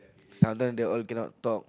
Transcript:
some time they all cannot talk